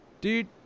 Dude